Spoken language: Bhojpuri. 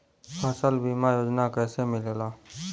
फसल बीमा योजना कैसे मिलेला?